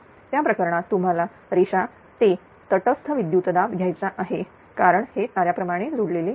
त्या प्रकरणात तुम्हाला रेषा ते तटस्थ विद्युतदाब घ्यायचा आहे कारण हे तार्याप्रमाणे जोडलेले आहे